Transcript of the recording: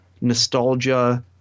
nostalgia